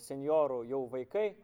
senjorų jau vaikai